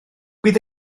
bydd